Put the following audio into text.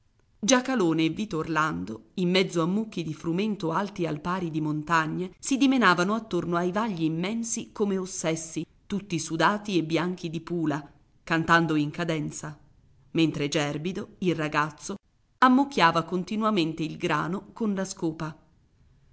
e vito orlando in mezzo a mucchi di frumento alti al pari di montagne si dimenavano attorno ai vagli immensi come ossessi tutti sudati e bianchi di pula cantando in cadenza mentre gerbido il ragazzo ammucchiava continuamente il grano con la scopa